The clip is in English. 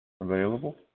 available